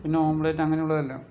പിന്നെ ഓംലെറ്റ് അങ്ങനെ ഉള്ളതെല്ലാം